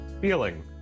feeling